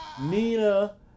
Nina